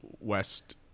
west